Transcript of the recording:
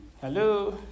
Hello